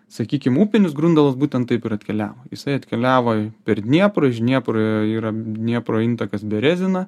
sakykim upinis grundalas būtent taip ir atkeliavo jisai atkeliavo per dnieprą iš dniepro yra dniepro intakas berezina